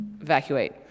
evacuate